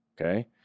okay